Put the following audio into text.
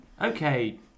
Okay